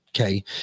Okay